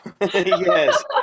yes